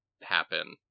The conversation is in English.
happen